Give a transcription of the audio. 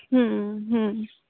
હં હં